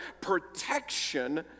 protection